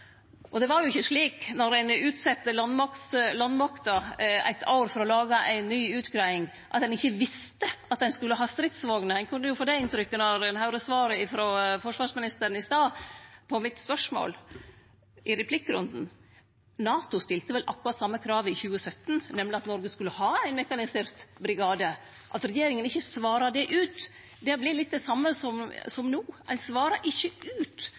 Det var jo ikkje slik, då ein utsette landmakta eit år for å lage ei ny utgreiing, at ein ikkje visste at ein skulle ha stridsvogner. Ein kunne jo få det inntrykket då ein høyrde svaret frå forsvarsministeren i stad, på mitt spørsmål i replikkrunden. NATO stilte vel akkurat same kravet i 2017, nemleg at Noreg skulle ha ein mekanisert brigade. At regjeringa ikkje svara det ut, det blir litt det same som no. Ein svarar ikkje ut